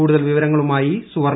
കൂടുതൽ വിവരങ്ങളുമായി സുവർണ